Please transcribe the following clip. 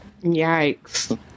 Yikes